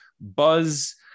buzz